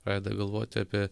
pradeda galvoti apie